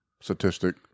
statistic